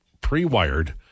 pre-wired